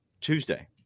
Tuesday